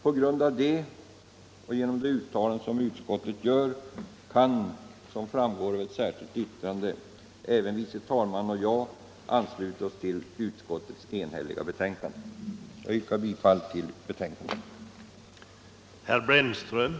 På grund av detta och de uttalanden utskottet gör kan, som framgår av det särskilda yttrandet, även andre vice talmannen och jag ansluta oss till utskottets enhälliga betänkande. Jag yrkar bifall till utskottets hemställan.